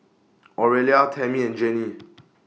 Aurelia Tammy and Gennie